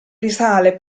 risale